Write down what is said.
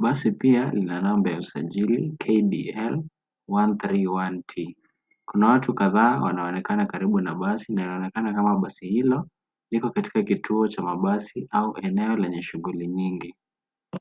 Basi pia lina namba ya usajili KBL 131T. Kuna watu kadhaa wanaonekana karibu na basi na inaonekana kama basi hilo liko katika kituo cha mabasi au eneo lenye shughuli nyingi.